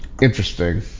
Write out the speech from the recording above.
interesting